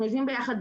אנחנו יושבים ביחד.